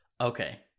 Okay